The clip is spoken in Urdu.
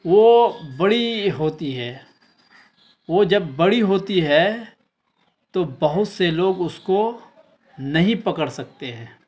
وہ بڑی ہوتی ہے وہ جب بڑی ہوتی ہے تو بہت سے لوگ اس کو نہیں پکڑ سکتے ہیں